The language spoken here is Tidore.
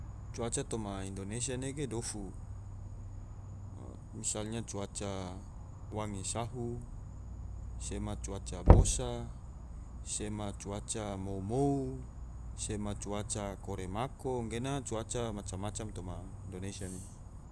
Cuaca toma indonesia ne ge dofu, misalnya cuaca wange sahu, sema cuaca bosa, sema cuaca mou-mou, sema cuaca kore mako, gena cuaca macam-macam toma indonesia ne